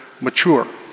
mature